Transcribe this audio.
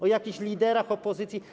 O jakichś liderach opozycji?